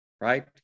right